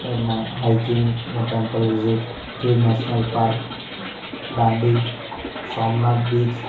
એમા હાઇકિંગ અને temple visit Gir national park Dandi Somnath beach